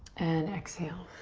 and exhale.